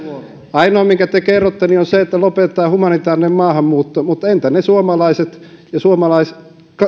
ainoa minkä te kerrotte on se että lopetetaan humanitäärinen maahanmuutto mutta entä ne suomalaiset ja